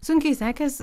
sunkiai sekėsi